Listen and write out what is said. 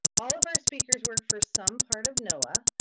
all of our speakers work for some part of noaa,